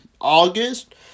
August